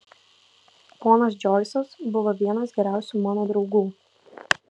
ponas džoisas buvo vienas geriausių mano draugų